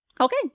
Okay